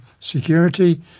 security